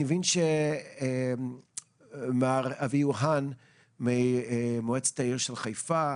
אני מבין שמר אביהו האן ממועצת העיר של חיפה,